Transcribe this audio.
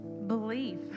Belief